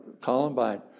Columbine